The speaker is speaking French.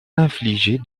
infliger